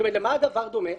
למה הדבר דומה?